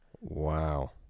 Wow